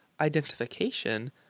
identification